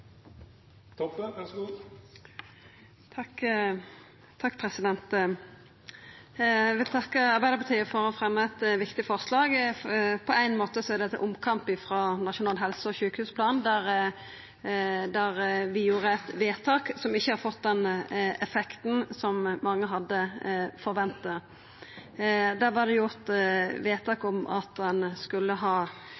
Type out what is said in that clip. ein omkamp om Nasjonal helse- og sykehusplan, der vi gjorde eit vedtak som ikkje har fått den effekten som mange hadde forventa. Der var det gjort vedtak